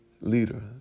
leader